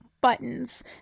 Buttons